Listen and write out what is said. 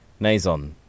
Nazon